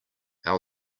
our